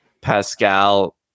Pascal